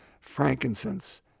frankincense